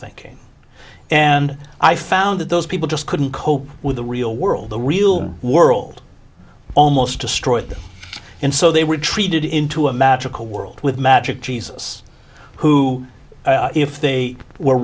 thinking and i found that those people just couldn't cope with the real world the real world almost destroyed them and so they retreated into a magical world with magic jesus who if they were